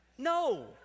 No